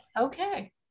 Okay